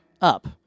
up